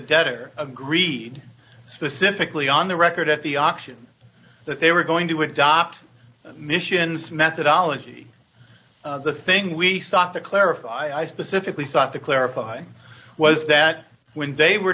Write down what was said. debtor agreed specifically on the record at the auction that they were going to adopt missions methodology the thing we sought to clarify specifically sought to clarify was that when they were